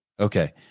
Okay